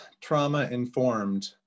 trauma-informed